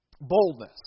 boldness